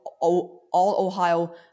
All-Ohio